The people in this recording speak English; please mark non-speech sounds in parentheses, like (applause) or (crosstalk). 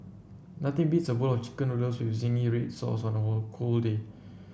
nothing beats a bowl of chicken noodles with zingy red sauce on a (unintelligible) cold day